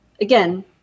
Again